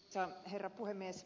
arvoisa herra puhemies